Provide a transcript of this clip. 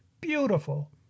beautiful